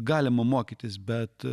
galima mokytis bet